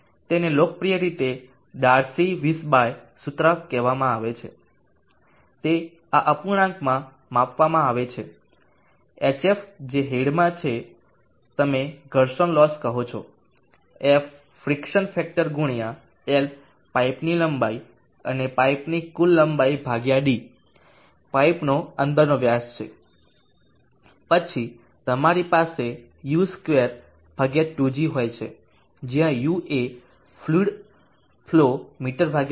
તેને લોકપ્રિય રીતે ડાર્સી વીસબાચ સૂત્ર કહેવામાં આવે છે તે આ અપૂર્ણાંકમાં આપવામાં આવે છે hf જે હેડમાં છે કે તમે ઘર્ષણલોસ કહો છો f ફ્રીકસન ફેક્ટર ગુણ્યા L પાઇપની લંબાઈ અને પાઇપની કુલ લંબાઈ ભાગ્યા d પાઈપ નો અંદર નો વ્યાસ પછી તમારી પાસે u2 2g હોય છે જ્યાં u એ ફ્લુઈડ ફલો મીસે છે